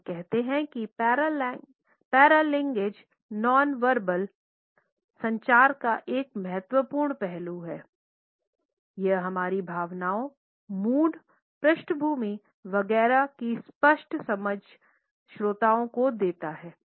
तो हम कहते हैं कि पैरालिंजेज नॉनवर्बल संचार का एक महत्वपूर्ण पहलू है यह हमारी भावनाओं मूड पृष्ठभूमि वगैरह की स्पष्ट समझ श्रोता को देता है